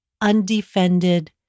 undefended